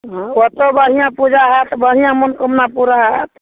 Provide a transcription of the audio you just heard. ओतऽ बढ़िआँ पूजा होयत बढ़िआँ मनोकामना पूरा होयत